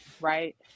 right